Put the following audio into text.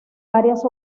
varias